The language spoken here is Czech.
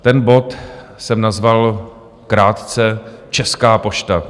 Ten bod jsem nazval krátce Česká pošta.